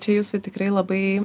čia jūsų tikrai labai